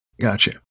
Gotcha